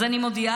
אז אני מודיעה: